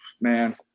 man